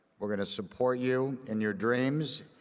we are going to support you in your dreams,